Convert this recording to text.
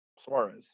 Suarez